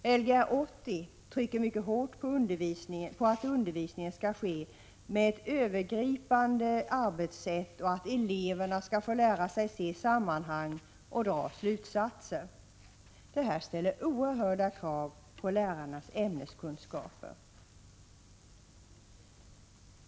I Lgr 80 trycks mycket hårt på att undervisningen skall ske med ett övergripande arbetssätt och att eleverna skall få lära sig se sammanhang och dra slutsatser. Detta ställer oerhörda krav på lärarnas ämneskunskaper.